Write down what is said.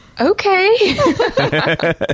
Okay